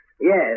Yes